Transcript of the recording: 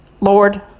Lord